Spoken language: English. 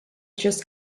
just